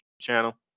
channel